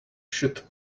should